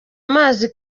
amazi